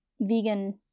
vegan